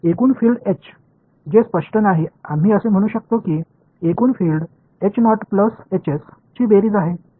एकूण field H जे स्पष्ट नाही आम्ही असे म्हणू शकतो की एकूण फील्ड ची बेरीज आहे